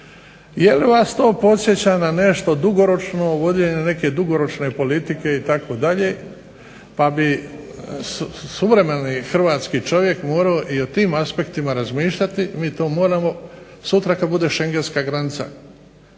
Jeli vas to podsjeća na nešto dugoročno, vođenje neke dugoročne politike itd. pa bi suvremeni hrvatski čovjek morao i o tim aspektima razmišljati. Mi to moramo sutra kada bude šengenska granica